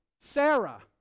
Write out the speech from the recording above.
Sarah